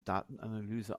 datenanalyse